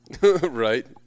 right